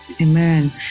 Amen